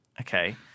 Okay